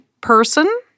person